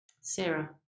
Sarah